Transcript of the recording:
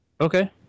Okay